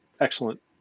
excellent